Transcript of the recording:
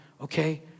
Okay